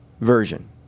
version